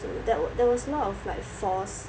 there was there was a lot of like false